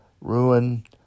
ruin